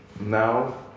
Now